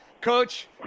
Coach